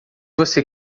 você